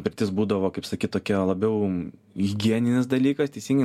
pirtis būdavo kaip sakyt tokia labiau higieninis dalykas teisingai